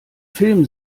film